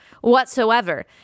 whatsoever